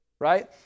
right